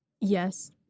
Yes